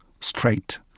straight